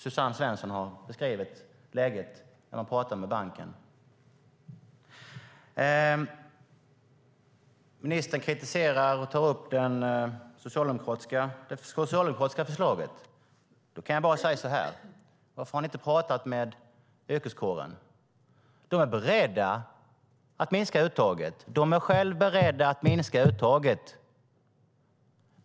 Suzanne Svensson har beskrivit hur läget är när man pratar med banken. Ministern tar upp och kritiserar det socialdemokratiska förslaget. Jag kan bara säga så här: Varför har ni inte pratat med yrkeskåren? De är själva beredda att minska uttaget.